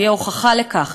ותהיה הוכחה לכך,